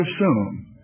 assume